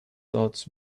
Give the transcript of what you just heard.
thoughts